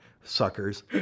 suckers